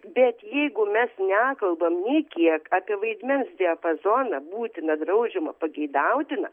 bet jeigu mes nekalbam nei kiek apie vaidmens diapazoną būtina draudžiama pageidautina